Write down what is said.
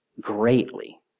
greatly